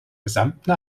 gesamten